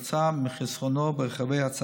התכשיר.